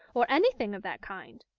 or anything of that kind.